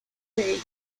vehículos